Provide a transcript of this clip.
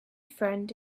friend